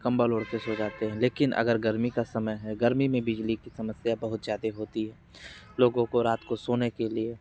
कम्बल ओढ़ कर सो जाते हैं लेकिन अगर गर्मी का समय है गर्मी में बिजली की समस्या बहुत ज़्यादे होती है लोगों को रात को सोने के लिए